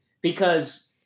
because-